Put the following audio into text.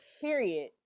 period